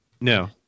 No